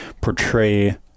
portray